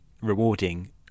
rewarding